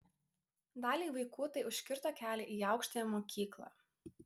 daliai vaikų tai užkirto kelią į aukštąją mokyklą